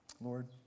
Lord